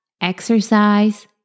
exercise